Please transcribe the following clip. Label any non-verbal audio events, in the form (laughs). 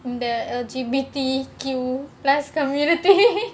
in the L_G_B_T_Q plus community (laughs)